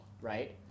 right